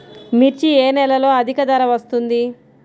మిర్చి ఏ నెలలో అధిక ధర వస్తుంది?